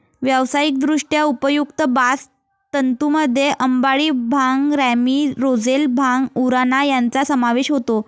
व्यावसायिकदृष्ट्या उपयुक्त बास्ट तंतूंमध्ये अंबाडी, भांग, रॅमी, रोझेल, भांग, उराणा यांचा समावेश होतो